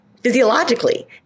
physiologically